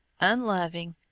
unloving